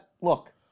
Look